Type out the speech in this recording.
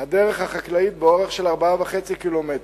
הדרך החקלאית באורך של 4.5 קילומטרים,